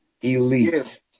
Elite